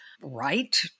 right